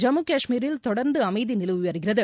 ஜம்மு காஷ்மீரில் தொடர்ந்து அமைதி நிலவி வருகிறது